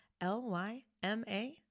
L-Y-M-A